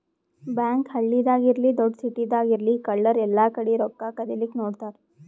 bank ಹಳ್ಳಿದಾಗ್ ಇರ್ಲಿ ದೊಡ್ಡ್ ಸಿಟಿದಾಗ್ ಇರ್ಲಿ ಕಳ್ಳರ್ ಎಲ್ಲಾಕಡಿ ರೊಕ್ಕಾ ಕದಿಲಿಕ್ಕ್ ನೋಡ್ತಾರ್